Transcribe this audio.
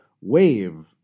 wave